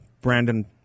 Brandon